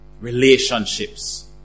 Relationships